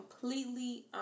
completely